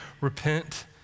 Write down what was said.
repent